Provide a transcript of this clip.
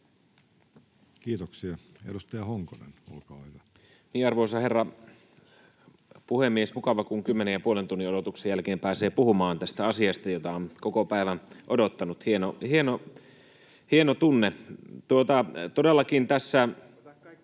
Kiitoksia. — Edustaja Honkonen, olkaa hyvä. Arvoisa herra puhemies! Mukava, kun kymmenen ja puolen tunnin odotuksen jälkeen pääsee puhumaan tästä asiasta, jota on koko päivän odottanut. [Vilhelm Junnila: Sitä